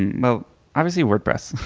you know obviously wordpress.